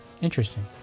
interesting